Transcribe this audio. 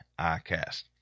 ICAST